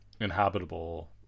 inhabitable